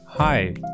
Hi